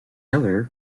other